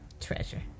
Treasure